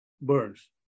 Burns